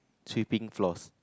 sweeping floors